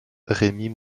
remire